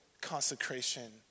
consecration